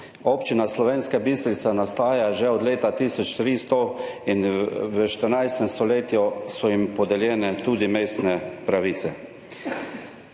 Občina Slovenska Bistrica obstaja že od leta 1300 in v 14. stoletju so jim podeljene tudi mestne pravice.